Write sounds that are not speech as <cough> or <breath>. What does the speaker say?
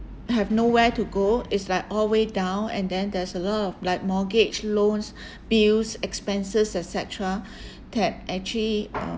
have nowhere to go it's like all way down and then there's a lot of like mortgage loans <breath> bills expenses et cetera <breath> that actually